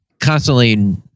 constantly